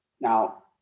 Now